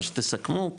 מה שתסכמו,